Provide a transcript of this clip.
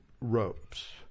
ropes